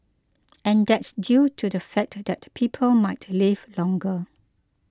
and that's due to the fact that people might live longer